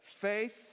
faith